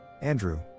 Andrew